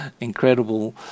incredible